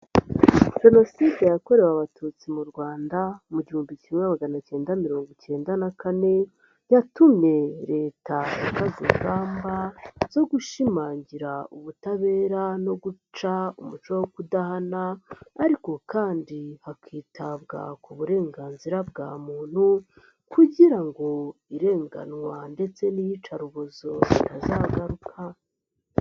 Jenoside yakorewe Abatutsi mu Rwanda mu gihumbi kimwe magana acyenda mirongo icyenda na kane yatumye Leta ifata ingamba zo gushimangira ubutabera no guca umuco wo kudahana ariko kandi hakitabwa ku burenganzira bwa muntu kugira ngo irenganwa ndetse n'iyicarubozo bitazagaruka.